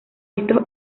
estos